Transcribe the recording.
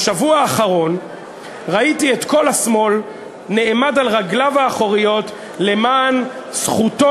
בשבוע האחרון ראיתי את כל השמאל נעמד על רגליו האחוריות למען זכותו